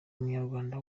munyarwanda